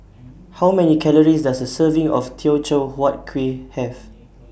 How Many Calories Does A Serving of Teochew Huat Kueh Have